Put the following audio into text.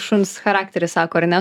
šuns charakteris sako ar ne